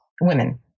women